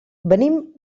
venim